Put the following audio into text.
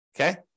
okay